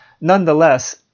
Nonetheless